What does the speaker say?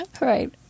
right